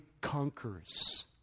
conquers